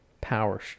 power